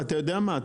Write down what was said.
אתה יודע מה?